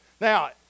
Now